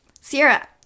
Sierra